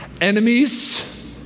enemies